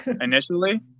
Initially